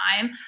time